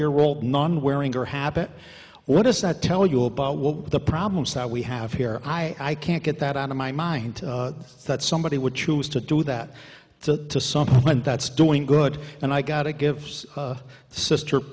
year old nun wearing her habit what does that tell you about what the problems that we have here i can't get that out of my mind that somebody would choose to do that to someone that's doing good and i gotta give sister